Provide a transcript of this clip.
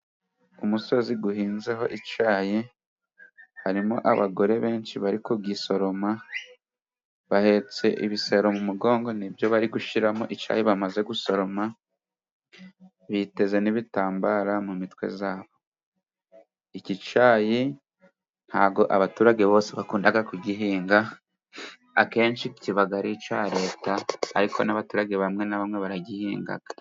Ku musozi uhinzeho icyayi harimo abagore benshi bari kugisoroma bahetse ibisero mu mugongo nibyo bari gushyiramo icyayi bamaze gusoroma, biteze n'ibitambaro mu mitwe yabo. Iki cyayi ntabwo abaturage bose bakunda kugihinga akenshi kibaga ari icya Leta ariko n'abaturage bamwe na bamwe baragihinga.